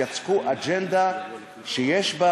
יצקו אג'נדה שיש בה